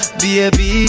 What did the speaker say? baby